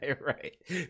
right